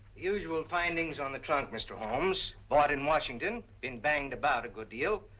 usual findings on the trunk, mr. holmes. bought in washington, been banged about a good deal,